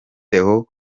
theo